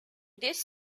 this